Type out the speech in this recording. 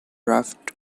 raft